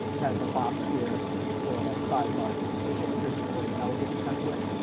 kind of a box here for like sidebar notes. okay, this isn't a very elegant template,